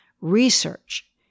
Research